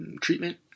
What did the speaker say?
treatment